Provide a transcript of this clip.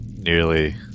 nearly